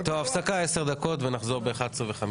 טוב, הפסקה עשר דקות, ונחזור ב-11:05.